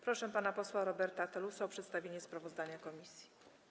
Proszę pana posła Roberta Telusa o przedstawienie sprawozdania komisji.